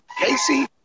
Casey